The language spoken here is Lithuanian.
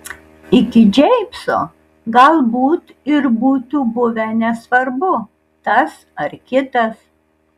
iki džeimso galbūt ir būtų buvę nesvarbu tas ar kitas